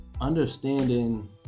understanding